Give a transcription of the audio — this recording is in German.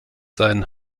sein